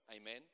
amen